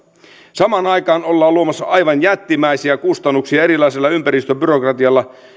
samaan aikaan ollaan luomassa aivan jättimäisiä kustannuksia erilaisella ympäristöbyrokratialla